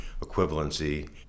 equivalency